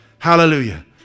Hallelujah